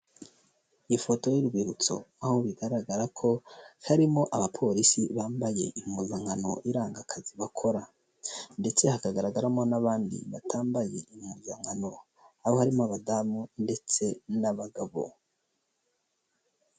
Ifoto y'urwibutso aho bigaragara ko harimo abapolisi bambaye impuzankano iranga akazi bakora ndetse hakagaragaramo n'abandi batambaye impuzankano abo harimo abadamu ndetse n'abagabo.